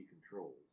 controls